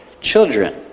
Children